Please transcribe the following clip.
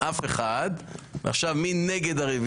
מי נגד?